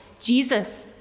Jesus